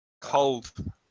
Cold